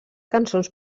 cançons